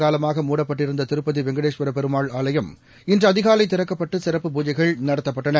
காலமாக மூடப்பட்டிருந்ததிருப்பதிவெங்கடேஸ்வரபெருமாள் ஊரடங்கு ஆலயம் இன்றுஅதிகாலைதிறக்கப்பட்டு சிறப்பு பூஜைகள் நடத்தப்பட்டன